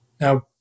Now